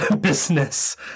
business